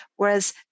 Whereas